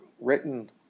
written